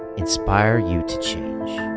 inspire you to choose.